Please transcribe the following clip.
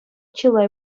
чылай